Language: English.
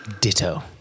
Ditto